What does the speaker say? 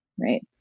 right